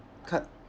co~